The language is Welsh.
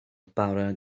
bara